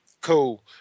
Cool